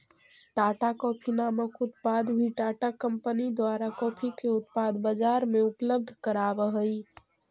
Tata coffee नामक उत्पाद भी टाटा कंपनी द्वारा कॉफी के उत्पाद बजार में उपलब्ध कराब हई